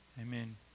amen